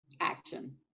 Action